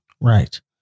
Right